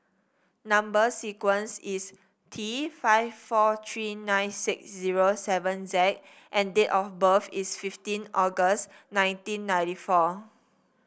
number sequence is T five four three nine six zero seven Z and date of birth is fifteen August nineteen ninety four